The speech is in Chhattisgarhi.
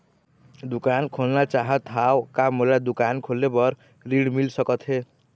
दुकान खोलना चाहत हाव, का मोला दुकान खोले बर ऋण मिल सकत हे?